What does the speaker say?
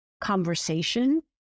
conversation